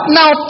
now